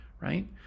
right